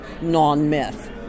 non-myth